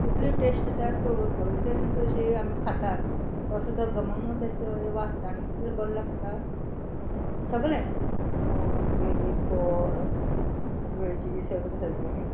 इतलें टेस्ट येता तवसळीची अशी एक आमी खातात तसो तो घमंग ताजो वास येता आनी इतलो बरो लागता सगलें तुगेली गोड वेळची सगळी घालतली